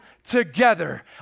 together